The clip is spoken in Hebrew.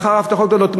אחרי הבטחות גדולות.